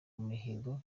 mihigo